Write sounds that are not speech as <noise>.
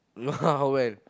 ah <laughs> well